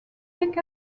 pick